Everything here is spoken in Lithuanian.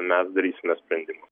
mes darysime sprendimą